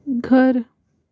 घर